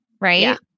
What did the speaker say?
Right